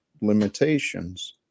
limitations